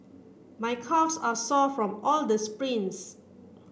my calves are sore from all the sprints